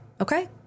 Okay